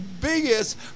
biggest